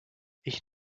ich